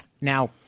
Now